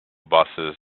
buses